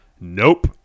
Nope